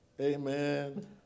amen